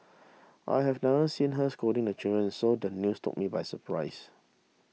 I have never seen her scolding the children so does the news took me by surprise